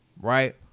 right